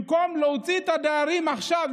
במקום להוציא את הדיירים עכשיו,